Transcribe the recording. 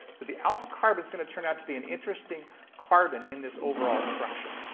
so the alpha carbon is going to turn out to be an interesting carbon in this overall structure.